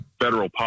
federal